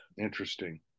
Interesting